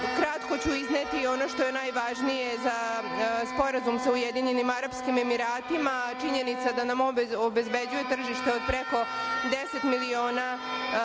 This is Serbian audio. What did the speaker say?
ću izneti ono što je najvažnije za sporazum sa Ujedinjenim Arapskim Emiratima. Činjenica je da nam on obezbeđuje tržište od preko 10 miliona